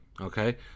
Okay